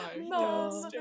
No